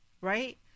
right